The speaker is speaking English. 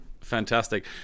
Fantastic